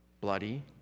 bloody